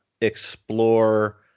explore